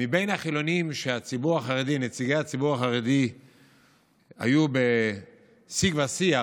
מבין החילונים שנציגי הציבור החרדי היו עימם בשיג ושיח,